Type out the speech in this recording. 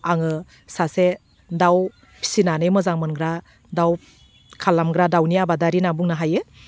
आङो सासे दाउ फिसिनानै मोजां मोनग्रा दाउ खालामग्रा दाउनि आबादारि होन्ना बुंनो हायो